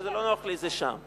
וכשזה לא נוח לי זה שם.